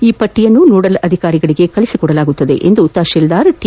ಈ ಪಟ್ಟಯನ್ನು ನೋಡಲ್ ಅಧಿಕಾರಿಗಳಿಗೆ ಕಳುಹಿಸಿಕೊಡಲಾಗುವುದು ಎಂದು ತಹಸೀಲ್ಲಾರ್ ಟಿ